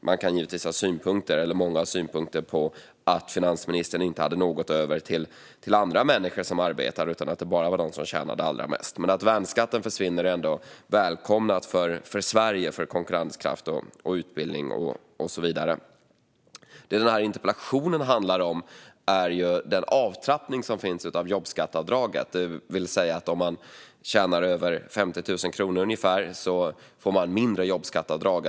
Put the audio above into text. Många har synpunkter på att finansministern inte hade något över till andra människor som arbetar utan bara till dem som tjänar allra mest. Men att värnskatten försvinner är ändå välkommet för Sverige när det gäller konkurrenskraft, utbildning och så vidare. Interpellationen handlar om avtrappningen av jobbskatteavdraget, det vill säga att de som tjänar över ungefär 50 000 kronor får mindre jobbskatteavdrag.